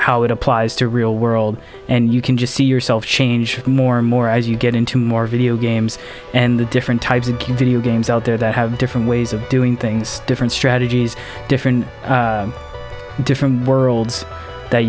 how it applies to real world and you can just you yourself change more and more as you get into more video games and the different types of king video games out there that have different ways of doing things different strategies different different worlds that